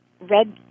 red